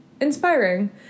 Inspiring